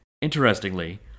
Interestingly